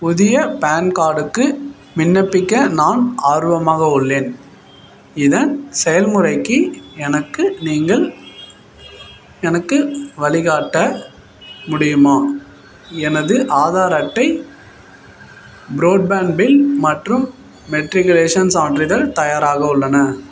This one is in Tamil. புதிய பான்கார்டுக்கு விண்ணப்பிக்க நான் ஆர்வமாக உள்ளேன் இதன் செயல்முறைக்கு எனக்கு நீங்கள் எனக்கு வழிகாட்ட முடியுமா எனது ஆதார் அட்டை ப்ரோட்பேண்ட் பில் மற்றும் மெட்ரிக்குலேஷன் சான்றிதழ் தயாராக உள்ளன